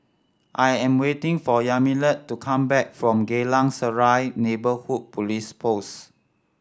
I am waiting for Yamilet to come back from Geylang Serai Neighbourhood Police Post